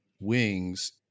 wings